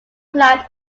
plant